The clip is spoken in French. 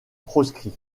proscrit